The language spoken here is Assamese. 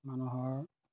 মানুহৰ